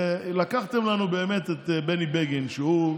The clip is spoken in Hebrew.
לקחתם לנו את בני בגין, שהוא,